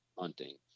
hunting